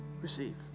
Receive